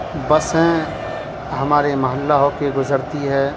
بسیں ہمارے محلہ ہو کے گزرتی ہے